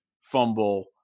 fumble